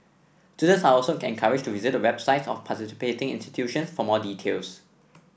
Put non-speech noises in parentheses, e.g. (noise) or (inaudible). (unintelligible) are also encouraged to visit the websites of participating institutions for more details